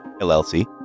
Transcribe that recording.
LLC